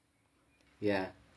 ya